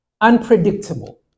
Unpredictable